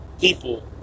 People